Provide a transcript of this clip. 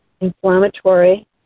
inflammatory